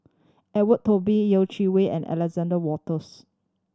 Edwin Yeh Chi Wei and Alexander Wolters